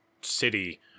city